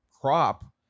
crop